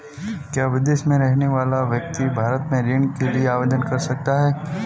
क्या विदेश में रहने वाला व्यक्ति भारत में ऋण के लिए आवेदन कर सकता है?